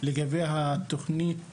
לגבי התוכנית